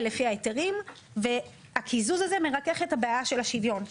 לפי ההיתרים והקיזוז הזה מרכך את הבעיה של שוויון,